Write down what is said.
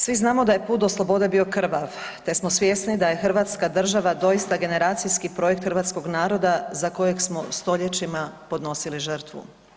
Svi znamo da je put do slobode bio krvav te smo svjesni da je Hrvatska država doista generacijski projekt hrvatskog naroda za kojeg smo stoljećima podnosili žrtvu.